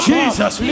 Jesus